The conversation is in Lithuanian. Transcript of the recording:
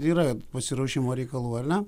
yra pasiruošimo reikalų ar ne